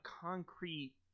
concrete